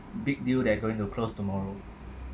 big deal that going to close tomorrow